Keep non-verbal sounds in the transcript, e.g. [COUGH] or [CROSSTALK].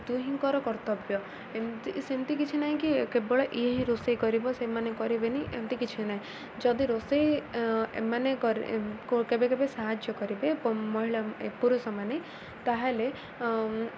ଦୁହିଁଙ୍କର କର୍ତ୍ତବ୍ୟ ଏମିତି ସେମିତି କିଛି ନାହିଁ କି କେବଳ ଇଏ ହିଁ ରୋଷେଇ କରିବ ସେମାନେ କରିବେନି ଏମିତି କିଛି ନାହିଁ ଯଦି ରୋଷେଇ ଏମାନେ [UNINTELLIGIBLE] କେବେ କେବେ ସାହାଯ୍ୟ କରିବେ [UNINTELLIGIBLE] ମହିଳା ଏ ପୁରୁଷମାନେ ତା'ହେଲେ